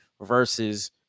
versus